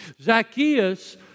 Zacchaeus